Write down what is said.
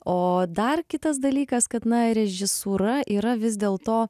o dar kitas dalykas kad na režisūra yra vis dėlto